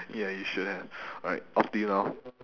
ya you should have alright off to you now